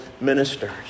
ministers